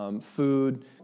Food